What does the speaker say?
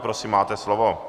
Prosím, máte slovo.